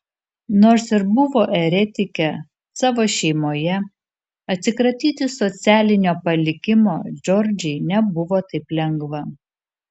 nors ir buvo eretikė savo šeimoje atsikratyti socialinio palikimo džordžai nebuvo taip lengva